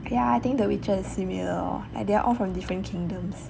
ya I think the witcher is similar like they are all from different kingdoms